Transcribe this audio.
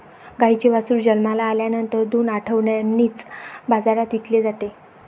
गाईचे वासरू जन्माला आल्यानंतर दोन आठवड्यांनीच बाजारात विकले जाते